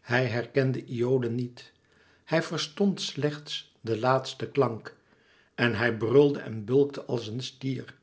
hij herkende iole niet hij verstond slechts den laatsten klank en hij brulde en bulkte als een stier